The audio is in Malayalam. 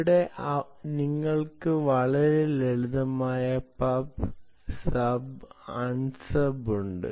ഇവിടെ നിങ്ങൾക്ക് വളരെ ലളിതമായ pub sub unsub ഉണ്ട്